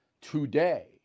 today